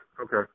Okay